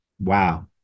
wow